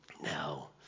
No